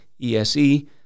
ESE